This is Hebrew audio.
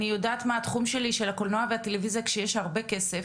אני יודעת מהתחום שלי של הקולנוע והטלויזיה כשיש הרבה כסף,